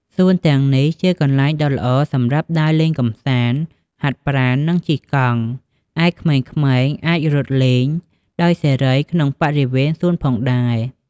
សួនទាំងនេះជាកន្លែងដ៏ល្អសម្រាប់ ដើរលេងកម្សាន្ត ហាត់ប្រាណ និងជិះកង់ ឯក្មេងៗអាចរត់លេងដោយសេរីក្នុងបរិវេណសួនផងដែរ។